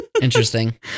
Interesting